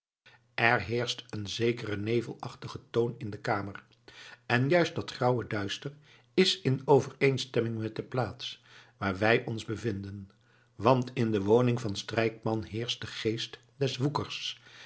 er heerscht een zekere nevelachtige toon in die kamer en juist dat grauwe duister is in overeenstemming met de plaats waar wij ons bevinden want in de woning van strijkman heerscht de geest